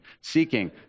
seeking